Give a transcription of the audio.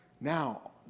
Now